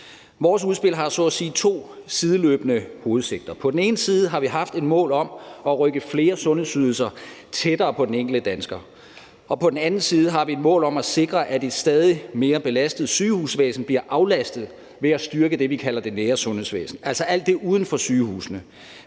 Vores udspil har så at sige to sideløbende hovedsigter: På den ene side har det haft et mål om at rykke flere sundhedsydelser tættere på den enkelte dansker, og på den anden side har vi et mål om at sikre, at et stadig mere belastet sygehusvæsen bliver aflastet ved at styrke det, vi kalder det nære sundhedsvæsen, altså alt det uden for sygehusene,